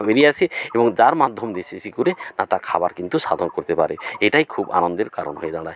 বেরিয়ে আসে এবং যার মাধ্যম দিয়ে সে কি করে না তার খাবার কিন্তু সাধন করতে পারে এটাই খুব আনন্দের কারণ হয়ে দাঁড়ায়